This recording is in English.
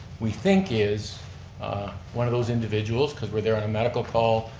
we think is one of those individuals cause we're there on medical call,